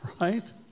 right